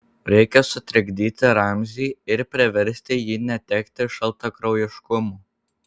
reikia sutrikdyti ramzį ir priversti jį netekti šaltakraujiškumo